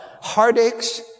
heartaches